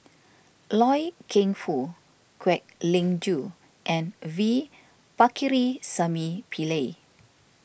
Loy Keng Foo Kwek Leng Joo and V Pakirisamy Pillai